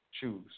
choose